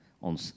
on